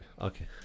okay